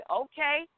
okay